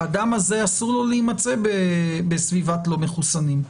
והאדם הזה אסור לו להימצא בסביבת לא מחוסנים,